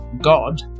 God